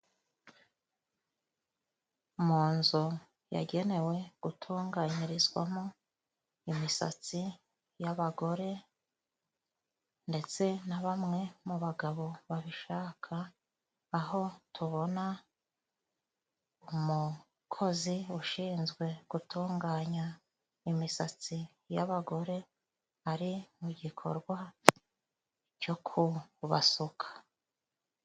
Mu nzu yagenewe gutunganyirizwamo imisatsi y'abagore ndetse na bamwe mu bagabo babishaka, aho tubona umukozi ushinzwe gutunganya imisatsi y'abagore ari mu gikorwa cyo kubasuka.